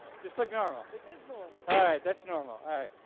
just look normal. this is normal! alright that's normal. alright,